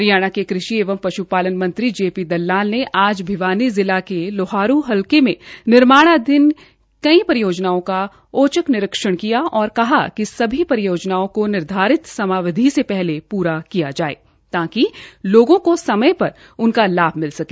हरियाणा के कृषि एवं पश्पालन मंत्री जेपी दलाल ने आज भिवानी जिला के लोहारू हलके में निर्माणाधीन कई परियोजनाओं का औचक निरीक्षण किया और कहा कि सभी परियोजनाओं को निर्धारित समयावधि से पहले पूरा किया जाए ताकि लोगों को समय पर उनका लाभ मिल सके